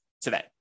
today